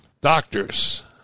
Doctors